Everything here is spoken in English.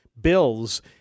bills